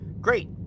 Great